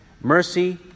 mercy